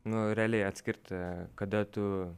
nu realiai atskirti kada tu